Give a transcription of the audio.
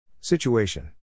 Situation